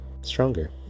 stronger